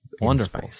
Wonderful